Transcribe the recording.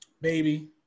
Baby